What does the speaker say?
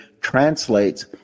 translates